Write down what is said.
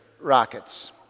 rockets